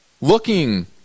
looking